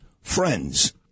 friends